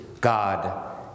God